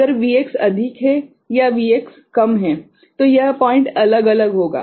अगर Vx अधिक है या Vx कम है तो यह पॉइंट अलग अलग होगा